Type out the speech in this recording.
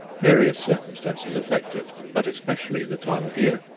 various circumstances effect it, but especially the time of year.